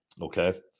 Okay